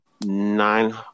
nine